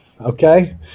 Okay